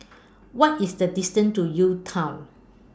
What IS The distance to UTown